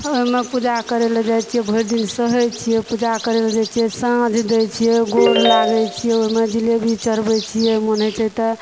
ओइमे पूजा करयला जाइ छियै भरि दिन सहय छियै पूजा करय लए जाइ छियै साँझ दै छियै गोर लागय छियै ओइमे जिलेबी चढ़बय छियै मोन होइ छै तऽ